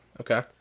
Okay